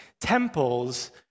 temples